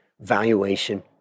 Valuation